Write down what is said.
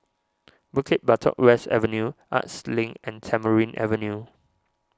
Bukit Batok West Avenue Arts Link and Tamarind Avenue